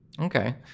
Okay